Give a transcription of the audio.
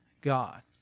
God